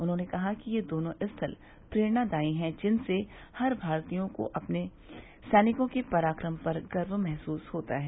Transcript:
उन्होंने कहा कि ये दोनों स्थल प्रेरणादायी हैं जिनसे हर भारतीयों को अपने सैनिकों के पराक्रम पर गर्व महसूस होता है